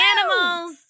Animals